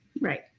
Right